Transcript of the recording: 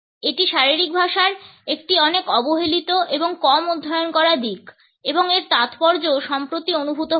এটি শারীরিক ভাষার একটি অনেক অবহেলিত এবং কম অধ্যয়ন করা দিক এবং এর তাৎপর্য সম্প্রতি অনুভূত হচ্ছে